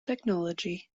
technology